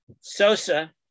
Sosa